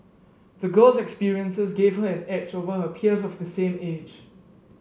the girl's experiences gave her an edge over her peers of the same age